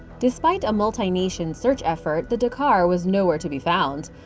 despite a multi-nation search effort, the dakar was nowhere to be found.